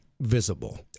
visible